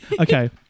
okay